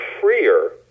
freer